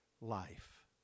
life